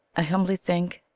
i humbly think.